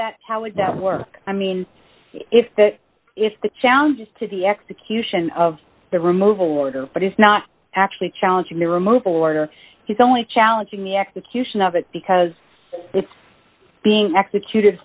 that how would that work i mean if that if the challenges to the execution of the removal order but it's not actually challenging the removal order is only challenging the execution of it because it's being executed